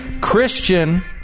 Christian